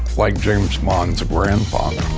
like james bond's grandfather